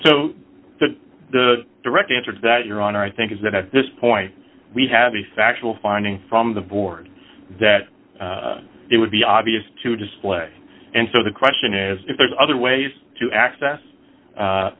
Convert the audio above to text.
so that the direct answer to that your honor i think is that at this point we have the factual finding from the board that it would be obvious to display and so the question is if there's other ways to access